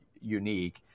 unique